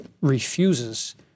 refuses